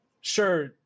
sure